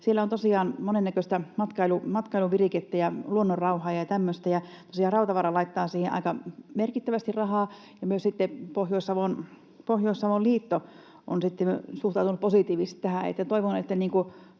Siellä on tosiaan monennäköistä matkailuvirikettä, luonnonrauhaa ja tämmöistä, ja tosiaan Rautavaara laittaa siihen aika merkittävästi rahaa, ja myös Pohjois-Savon liitto on suhtautunut positiivisesti tähän.